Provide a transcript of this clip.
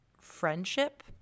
friendship